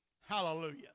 Hallelujah